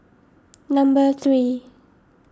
number three